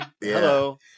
hello